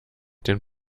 den